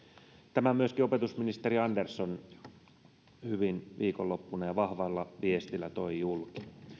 tämän myöskin opetusministeri andersson viikonloppuna hyvin ja vahvalla viestillä toi julki